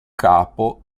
capo